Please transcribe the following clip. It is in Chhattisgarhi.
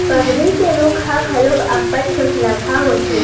बमरी के रूख ह घलो अब्बड़ ठोसलगहा होथे